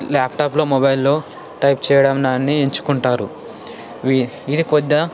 ల్యాప్టాప్లో మొబైల్లో గానీ టైప్ చేయడం లాంటివి ఎంచుకుంటారు వి ఇది కొద్దిగా